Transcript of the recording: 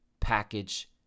package